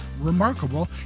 remarkable